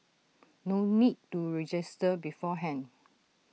no need to register beforehand